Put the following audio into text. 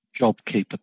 JobKeeper